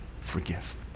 forgive